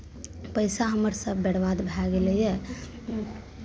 पैसा हमर सभ बरबाद भए गेलैए